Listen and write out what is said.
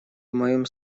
моем